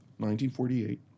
1948